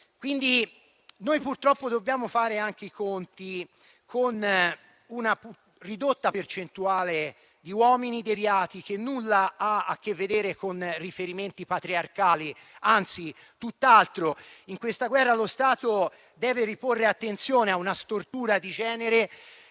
famiglia. Noi, purtroppo, dobbiamo fare anche i conti con una ridotta percentuale di reati che nulla ha a che vedere con riferimenti patriarcali, anzi tutt'altro. In questa guerra, lo Stato deve riporre attenzione a una stortura di genere,